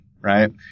right